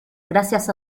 gracias